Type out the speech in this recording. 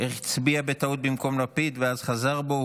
הצביע בטעות במקום לפיד ואז חזר בו,